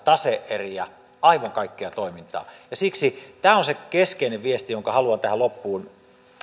tase eriä kuin aivan kaikkea toimintaa tämä on se keskeinen viesti jonka haluan tähän loppuun